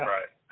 Right